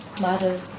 Mother